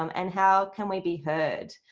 um and how can we be heard?